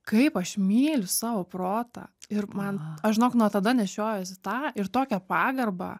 kaip aš myliu savo protą ir man aš žinok nuo tada nešiojuosi tą ir tokią pagarbą